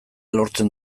lortzen